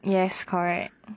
yes correct